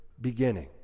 beginning